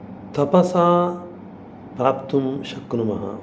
तपसा प्राप्तुं शक्नुमः